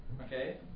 Okay